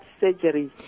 surgery